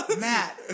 Matt